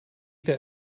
that